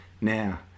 now